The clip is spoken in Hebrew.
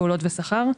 פעולות ושכר,